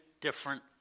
different